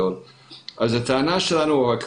היא חלק מפסיפס הרבה יותר גדול.